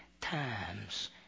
times